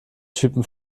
typen